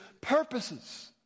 purposes